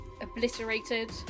obliterated